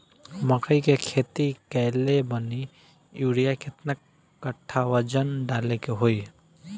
मकई के खेती कैले बनी यूरिया केतना कट्ठावजन डाले के होई?